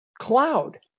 cloud